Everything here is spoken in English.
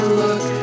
look